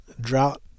drought